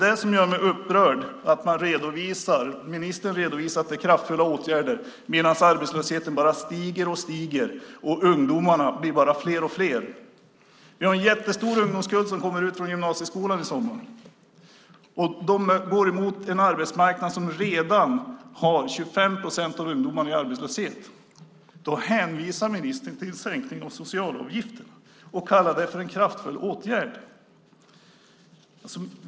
Det som gör mig upprörd är att ministern redovisar att det är kraftfulla åtgärder medan arbetslösheten bara stiger och stiger och ungdomarna blir fler och fler. Vi har en jättestor ungdomskull som kommer ut från gymnasieskolan i sommar. De går mot en situation där redan 25 procent av ungdomarna är i arbetslöshet. Då hänvisar ministern till en sänkning av socialavgifterna och kallar det för en kraftfull åtgärd.